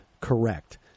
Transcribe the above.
correct